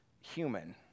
human